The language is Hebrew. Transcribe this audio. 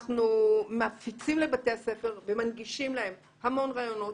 אנחנו מפיצים לבתי הספר ומנגישים להם המון רעיונות,